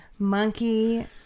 monkey